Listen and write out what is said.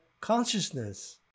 consciousness